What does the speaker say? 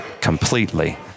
completely